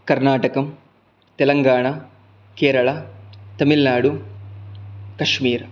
कर्णाटकम् तेलङ्गाणा केरला तमिल्नाडु कश्मीर्